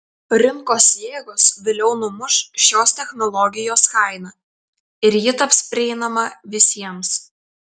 rinkos jėgos vėliau numuš šios technologijos kainą ir ji taps prieinama visiems